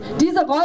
Diese